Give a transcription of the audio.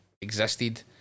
existed